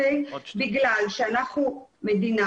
בגלל שאנחנו מדינה,